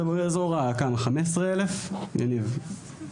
באזור ה-15,000, יניב?